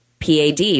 PAD